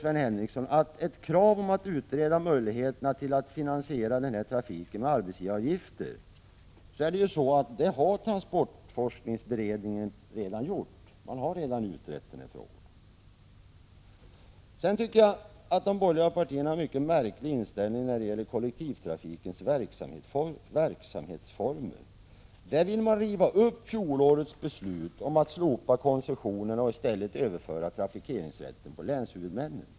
Sven Henricsson kräver en utredning av möjligheterna att finansiera kollektivtrafiken med arbetsgivaravgifter. Transportforskningsberedningen har redan utrett denna fråga. Jag tycker att de borgerliga partierna har en mycket märklig inställning när — Prot. 1985/86:143 det gäller kollektivtrafikens verksamhetsformer. De vill riva upp fjolårets 15 maj 1986 beslut om att slopa koncessionerna och i stället överföra trafikeringsrätten till länshuvudmännen.